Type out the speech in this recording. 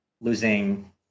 losing